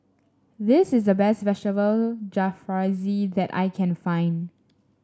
this is the best Vegetable Jalfrezi that I can find